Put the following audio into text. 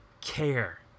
care